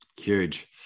Huge